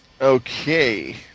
Okay